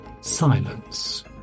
silence